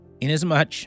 inasmuch